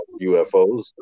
UFOs